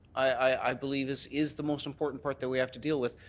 i believe, is is the most important part that we have to deal with.